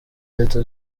leta